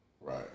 Right